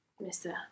Mr